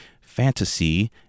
fantasy